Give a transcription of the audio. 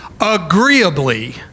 agreeably